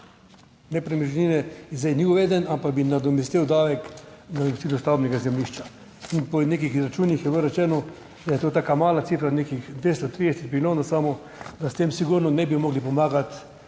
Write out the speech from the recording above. nepremičnine zdaj ni uveden, ampak bi nadomestil davek nadomestilo stavbnega zemljišča in po nekih izračunih je bilo rečeno, da je to taka mala cifra, nekih 230 milijonov samo, da s tem sigurno ne bi mogli pomagati